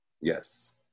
yes